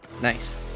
Nice